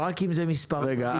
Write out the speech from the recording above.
אבל רק אם אלו מספרים אמיתיים.